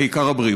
העיקר הבריאות.